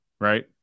right